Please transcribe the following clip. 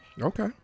Okay